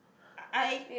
I